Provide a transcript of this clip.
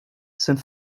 sind